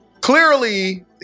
Clearly